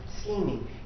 scheming